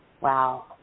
Wow